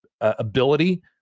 ability